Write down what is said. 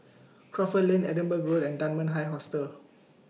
Crawford Lane Edinburgh Road and Dunman High Hostel